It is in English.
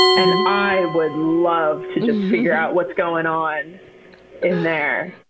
and and i would love to figure out what's going on in there.